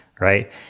right